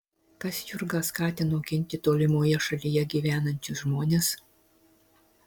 kas jurgą skatino ginti tolimoje šalyje gyvenančius žmones